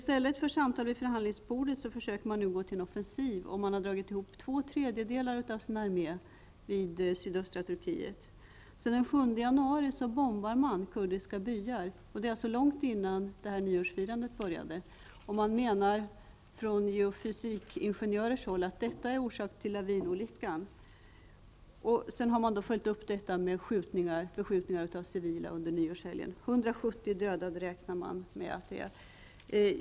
I stället för samtal vid förhandlingsbordet försöker man nu gå till offensiv. Två tredjedelar av armén har dragits samman i sydöstra Turkiet. Sedan den 7 januari bombar man kurdiska byar, alltså långt innan det kurdiska nyårsfirandet började. Från geofysikingenjörers håll säger man att detta var orsaken till lavinolyckan. Vidare har man under nyårshelgen följt upp det hela med beskjutning av civila. Man räknar med att 170 människor har dödats.